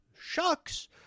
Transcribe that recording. shucks